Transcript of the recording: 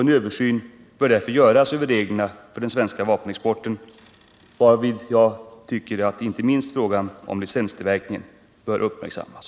En översyn av reglerna för den svenska vapenexporten bör därför göras, varvid enligt min mening inte minst frågan om licenstillverkningen bör uppmärksammas.